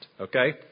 Okay